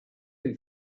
who